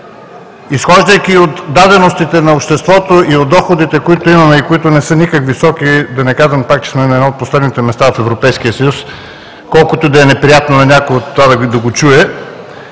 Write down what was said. изхождайки от даденостите на обществото и от доходите, които имаме и които не са никак високи – да не казвам пак, че сме на едно от последните места в Европейския съюз, колкото и да е неприятно на някого да го чуе,